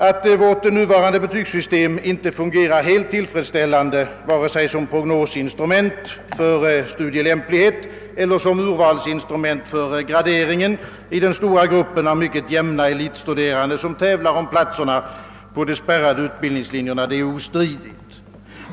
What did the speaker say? Att vårt nuvarande betygssystem inte fungerar helt tillfredsställande, vare sig som prognosinstrument för studielämplighet eller som urvalsinstrument för graderingen i den stora gruppen av mycket jämna elitstuderande som tävlar om platserna på de spärrade utbildningslinjerna, är ostridigt.